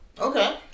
Okay